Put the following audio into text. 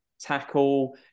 tackle